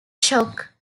shock